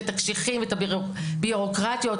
הקשיחים ואת הביורוקרטיה.